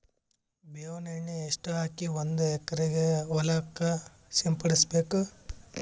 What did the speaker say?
ಬೇವಿನ ಎಣ್ಣೆ ಎಷ್ಟು ಹಾಕಿ ಒಂದ ಎಕರೆಗೆ ಹೊಳಕ್ಕ ಸಿಂಪಡಸಬೇಕು?